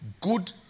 good